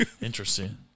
Interesting